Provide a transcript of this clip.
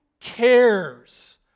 cares